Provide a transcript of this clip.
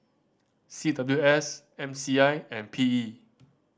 C W S M C I and P E